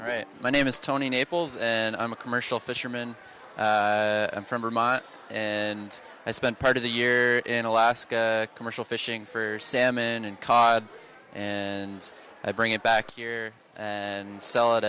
right my name is tony naples and i'm a commercial fisherman from vermont and i spend part of the year in alaska commercial fishing for salmon and cod and i bring it back here and sell it